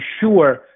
sure